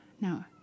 no